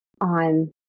on